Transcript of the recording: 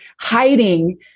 hiding